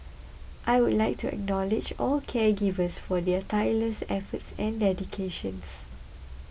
I would like to acknowledge all caregivers for their tireless efforts and dedications